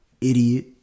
Idiot